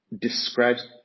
describes